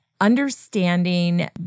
understanding